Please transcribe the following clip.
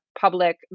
public